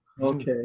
Okay